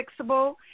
fixable